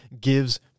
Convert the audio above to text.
gives